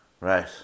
Right